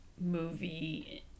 movie